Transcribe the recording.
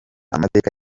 amateka